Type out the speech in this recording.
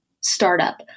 startup